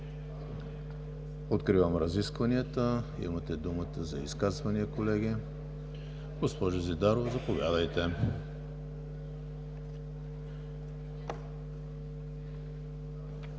Откривам разискванията. Имате думата за изказвания, колеги. Госпожо Зидарова, заповядайте.